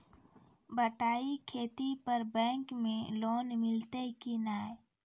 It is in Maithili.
बटाई खेती पर बैंक मे लोन मिलतै कि नैय?